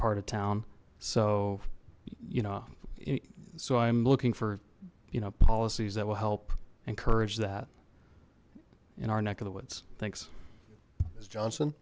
part of town so you know so i'm looking for you know policies that will help encourage that in our neck of the woods thanks miss johnson